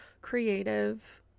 creative